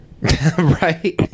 Right